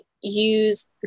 use